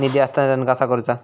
निधी हस्तांतरण कसा करुचा?